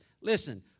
Listen